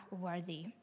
worthy